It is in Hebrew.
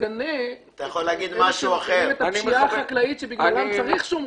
שתגנה את הפשיעה החקלאית שבגללה צריך שומרים.